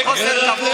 יש חוסר כבוד,